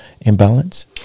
imbalance